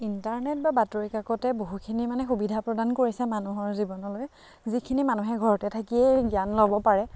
internet বা বাতৰি কাকতে বহুখিনি মানে সুবিধা প্ৰদান কৰিছে মানুহৰ জীৱনলৈ যিখিনি মানুহে ঘৰতে থাকিয়েই জ্ঞান ল'ব পাৰে